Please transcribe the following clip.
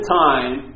time